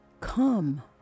Come